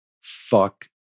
fuck